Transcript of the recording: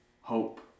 Hope